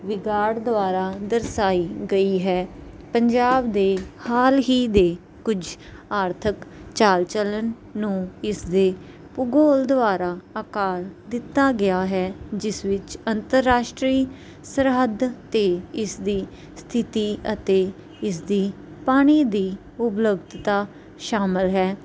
ਵਿਗਾਰਡ ਦੁਆਰਾ ਦਰਸਾਈ ਗਈ ਹੈ ਪੰਜਾਬ ਦੇ ਹਾਲ ਹੀ ਦੇ ਕੁਝ ਆਰਥਿਕ ਚਾਲ ਚਲਣ ਨੂੰ ਇਸਦੇ ਭੂਗੋਲ ਦੁਆਰਾ ਅਕਾਰ ਦਿੱਤਾ ਗਿਆ ਹੈ ਜਿਸ ਵਿੱਚ ਅੰਤਰਰਾਸ਼ਟਰੀ ਸਰਹੱਦ 'ਤੇ ਇਸ ਦੀ ਸਥਿਤੀ ਅਤੇ ਇਸਦੀ ਪਾਣੀ ਦੀ ਉਪਲਬਧਤਾ ਸ਼ਾਮਿਲ ਹੈ